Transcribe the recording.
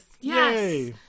yes